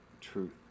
truth